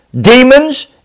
demons